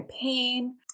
pain